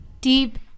deep